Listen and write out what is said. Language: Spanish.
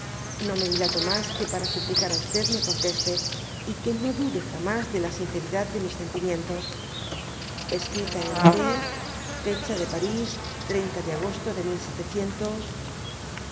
no me dilato mas que para suplicar á me conteste y que no dude jamas de la sinceridad de mis sentimientos escrita en p fha de parís o de agosto de dby